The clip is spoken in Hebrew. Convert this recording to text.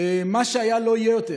מה שהיה לא יהיה יותר.